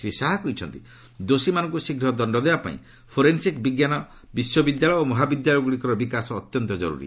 ଶ୍ରୀ ଶାହା କହିଛନ୍ତି ଦୋଷୀମାନଙ୍କୁ ଶୀଘ୍ର ଦଣ୍ଡ ଦେବା ପାଇଁ ଫୋରେନ୍ସିକ୍ ବିଜ୍ଞାନ ବିଶ୍ୱବିଦ୍ୟାଳୟ ଓ ମହାବିଦ୍ୟାଳୟଗୁଡ଼ିକର ବିକାଶ ଅତ୍ୟନ୍ତ କରୁରି